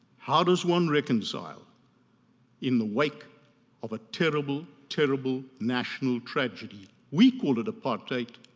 how does one reconcile in the wake of a terrible, terrible national tragedy? we call it apartheid,